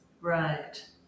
right